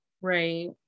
right